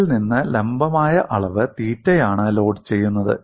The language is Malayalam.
ഇതിൽ നിന്ന് ലംബമായ അളവ് തീറ്റയാണ് ലോഡുചെയ്യുന്നത്